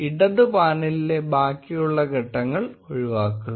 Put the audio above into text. ഇടത് പാനലിലെ ബാക്കിയുള്ള ഘട്ടങ്ങൾ ഒഴിവാക്കുക